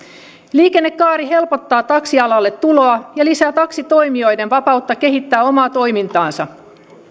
liikennekaari helpottaa taksialalle tuloa ja lisää taksitoimijoiden vapautta kehittää omaa toimintaansa